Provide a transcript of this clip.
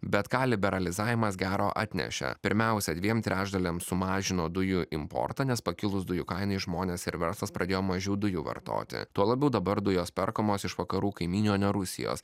bet ką liberalizavimas gero atnešė pirmiausia dviem trečdaliams sumažino dujų importą nes pakilus dujų kainai žmonės ir verslas pradėjo mažiau dujų vartoti tuo labiau dabar dujos perkamos iš vakarų kaimynių o ne rusijos